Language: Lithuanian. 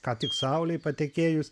ką tik saulei patekėjus